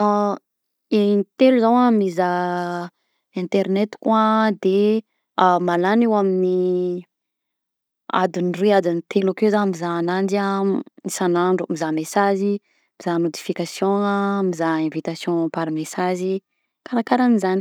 Intelo zah mizaha internetiko a de a mahalany eo amin'ny adin'ny roy adin'ny telo akeo zah mizaha ananjy a isan'andro, mizaha mesazy, mizaha notification a, mizaha invitation par mesazy, karakarahan'izany.